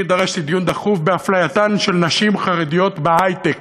אני דרשתי דיון דחוף באפלייתן של נשים חרדיות בהיי-טק,